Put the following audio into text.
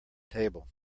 table